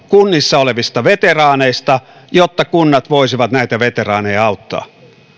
kunnissa olevista veteraaneista jotta kunnat voisivat näitä veteraaneja auttaa